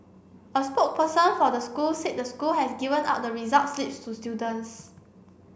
a spokesperson for the school said the school has given out the results slips to students